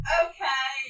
okay